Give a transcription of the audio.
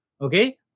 okay